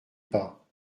pas